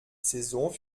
saison